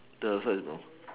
the outside you know